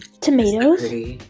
Tomatoes